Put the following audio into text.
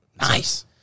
nice